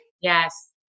Yes